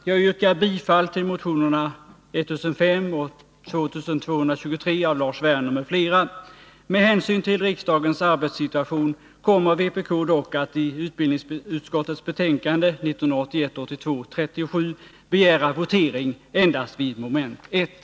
Jag yrkar bifall till motionerna 1005 och 2223 av Lars Werner m.fl. Med hänsyn till riksdagens arbetssituation kommer vpk dock vid omröstningen om utbildningsutskottets betänkande 1981/82:37 att begära votering endast vid mom. 1.